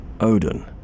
Odin